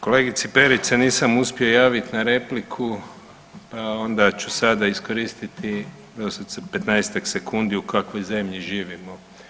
Kolegici Perić se nisam uspio javit na repliku, a onda ću sada iskoristiti evo za 15-tak sekundi u kakvom zemlji živimo.